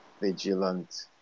Vigilant